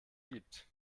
gibt